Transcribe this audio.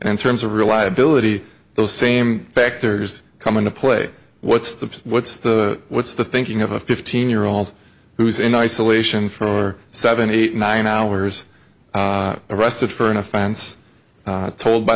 in terms of reliability those same factors come into play what's the what's the what's the thinking of a fifteen year old who is in isolation for seven eight nine hours arrested for an offense told by